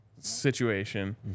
situation